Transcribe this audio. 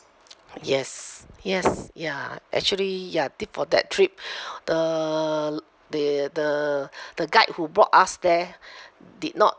yes yes ya actually ya think for that trip the l~ the the the guide who brought us there did not